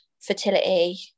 fertility